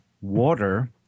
water